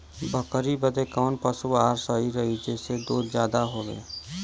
बकरी बदे कवन पशु आहार सही रही जेसे दूध ज्यादा होवे?